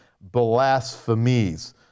blasphemies